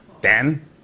Dan